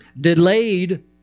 Delayed